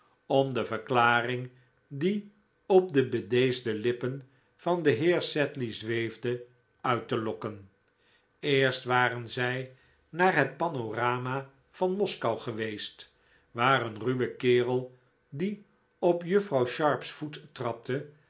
om de verklaring die op de bedeesde lippen van den heer sedley zweefde uit te lokken eerst waren zij naar het panorama van moskou geweest waar een ruwe kerel die op juffrouw sharp's voet trapte